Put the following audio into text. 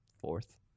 fourth